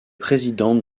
présidente